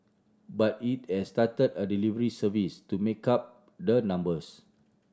but it has started a delivery service to make up the numbers